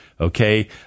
okay